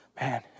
Man